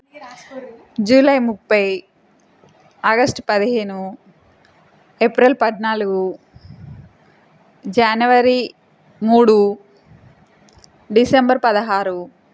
July ముప్పై August పదిహేను April పద్నాలుగు జనవరి మూడు డిసెంబర్ పదహారు